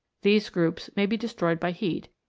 these groups may be destroyed by heat,